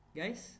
guys